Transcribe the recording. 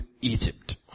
Egypt